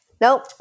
nope